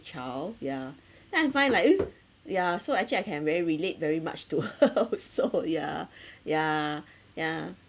child yeah then I find like !huh! yeah so actually I can very relate very much to her also yeah yeah yeah